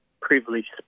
privileged